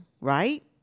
Right